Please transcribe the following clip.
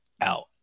out